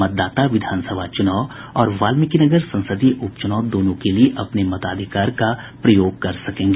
मतदाता विधानसभा चुनाव और वाल्मीकिनगर संसदीय उपचुनाव दोनों के लिए अपने मताधिकार का प्रयोग कर सकते हैं